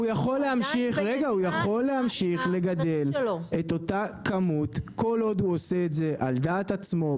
הוא יכול להמשיך לגדל את אותה כמות כל עוד הוא עושה את זה על דעת עצמו,